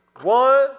one